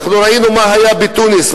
ואנחנו ראינו מה היה בתוניסיה,